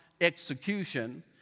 execution